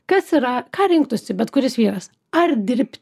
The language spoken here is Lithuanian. kas yra ką rinktųsi bet kuris vyras ar dirb